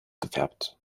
gefärbt